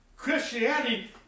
Christianity